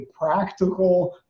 practical